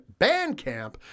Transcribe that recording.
Bandcamp